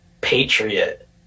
Patriot